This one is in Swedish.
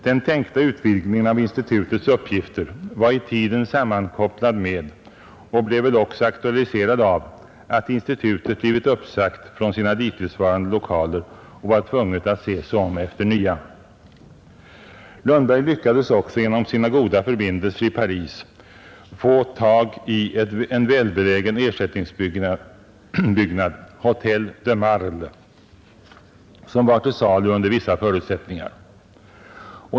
Den tänkta utvidgningen av institutets uppgifter var i tiden sammankopplad med — och blev väl också aktualiserad av — att institutet blivit uppsagt från sina dittillsvarande lokaler och var tvunget att se sig om efter nya. Lundberg lyckades också genom sina goda förbindelser i Paris få tag i en välbelägen ersättningsbyggnad — Hötel de Marle — som var till salu under vissa förutsättningar.